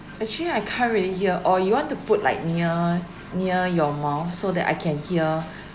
actually I can't really hear or you want to put like near near your mouth so that I can hear